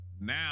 Now